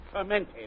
Fermented